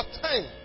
time